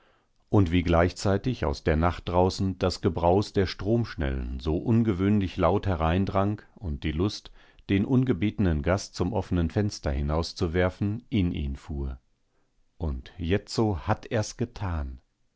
und wie gleichzeitig aus der nacht draußen das gebraus der stromschnellen so ungewöhnlich laut hereindrang und die lust den ungebetenen gast zum offenen fenster hinauszuwerfen in ihn fuhr und jetzo hat er's getan